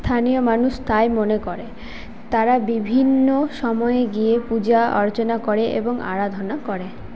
স্থানীয় মানুষ তাই মনে করে তারা বিভিন্ন সময়ে গিয়ে পূজা অর্চনা করে এবং আরাধনা করে